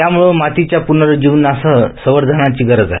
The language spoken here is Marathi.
त्यामुळ मातीच्या पुनरुज्जीवनासह संवर्धनाची गरज आहे